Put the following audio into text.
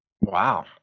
Wow